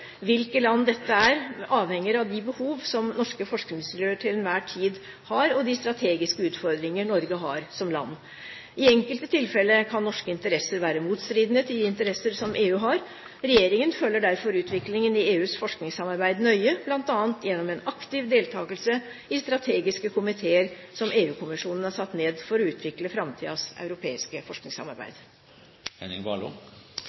Hvilke land dette er avhenger av de behov som norske forskningsmiljøer til enhver tid har, og de strategiske utfordringer Norge har som land. I enkelte tilfeller kan norske interesser være motstridende til de interesser som EU har. Regjeringen følger derfor utviklingen i EUs forskningssamarbeid nøye, bl.a. gjennom en aktiv deltagelse i strategiske komiteer som EU-kommisjonen har satt ned for å utvikle framtidens europeiske